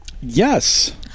Yes